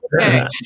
Okay